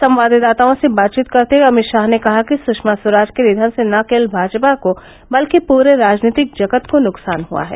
संवाददाताओं से बातचीत करते हुए अभित शाह ने कहा कि सुषमा स्वराज के निधन से न केवल भाजपा को बल्कि पूरे राजनीतिक जगत को नुकसान हुआ है